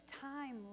time